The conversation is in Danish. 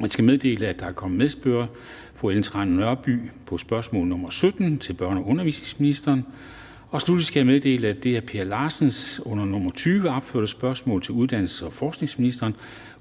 Jeg skal meddele, at der er kommet medspørger, Ellen Trane Nørby (V), på spørgsmål nr. 17 (S 1316) til børne- og undervisningsministeren. Jeg skal slutteligt meddele, at det af Per Larsen under nr. 20 opførte spørgsmål (S 1284) til uddannelses- og forskningsministeren